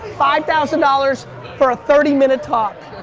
five thousand dollars for a thirty minute talk.